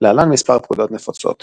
להלן מספר פקודות נפוצות